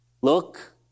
look